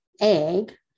egg